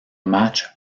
match